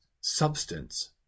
substance